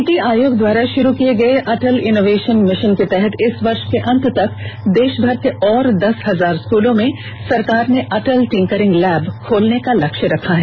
नीति आयोग द्वारा शुरू किये गये अटल इनोवेषन मिषन के तहत इस वर्ष के अंत तक देष भर के और दस हजार स्कूलों में सरकार ने अटल टिंकरिंग लैब खोलने का लक्ष्य रखा है